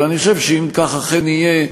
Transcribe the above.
ואני חושב שאם כך אכן יהיה,